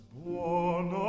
born